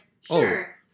sure